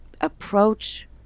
approach